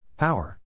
Power